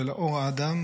של אור אדם,